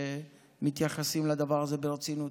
שמתייחסים לדבר הזה ברצינות.